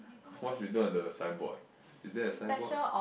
what's written on the signboard is there a signboard